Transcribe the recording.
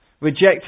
rejected